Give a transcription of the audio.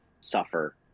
suffer